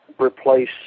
Replace